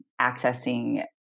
accessing